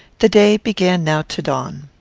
the day began now to dawn.